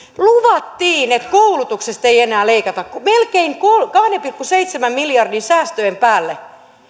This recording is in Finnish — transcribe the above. luvattiin että koulutuksesta ei ei enää leikata melkein kahden pilkku seitsemän miljardin säästöjen päälle